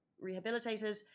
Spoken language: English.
rehabilitated